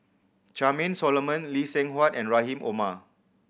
Charmaine Solomon Lee Seng Huat and Rahim Omar